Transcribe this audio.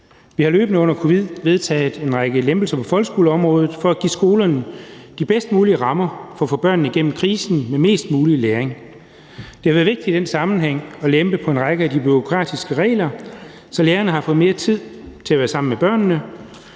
Vi har løbende under covid vedtaget en række lempelser på folkeskoleområdet for at give skolerne de bedst mulige rammer for at få børnene igennem krisen med mest mulig læring. Det har været vigtigt i den sammenhæng at lempe på en række af de bureaukratiske regler, så lærerne har fået mere tid til at være sammen med børnene